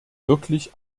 wirklich